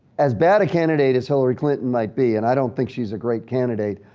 as bad a candidate as hillary clinton might be, and i don't think she's a great candidate.